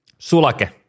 Sulake